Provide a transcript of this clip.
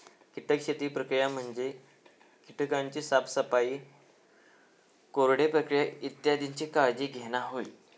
कीटक शेती प्रक्रिया म्हणजे कीटकांची साफसफाई, कोरडे प्रक्रिया इत्यादीची काळजी घेणा होय